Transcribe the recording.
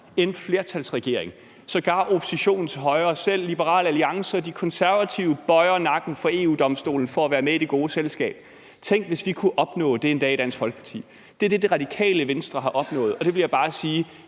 en flertalsregering, sågar oppositionen til højre, selv Liberal Alliance og De Konservative, bøjer nakken for EU-Domstolen for at være med i det gode selskab. Tænk, hvis vi kunne opnå det en dag i Dansk Folkeparti. Det er det, Radikale Venstre har opnået, og jeg vil bare sige,